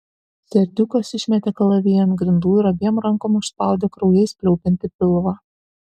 serdiukas išmetė kalaviją ant grindų ir abiem rankom užspaudė kraujais pliaupiantį pilvą